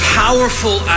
powerful